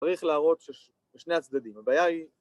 צריך להראות ששני הצדדים, הבעיה היא...